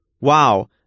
Wow